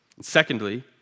Secondly